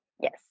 Yes